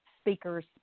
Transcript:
speakers